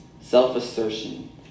self-assertion